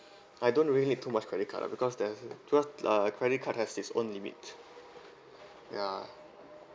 I don't really need too much credit card because that's tour uh credit card has its own limit ya